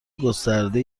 گسترده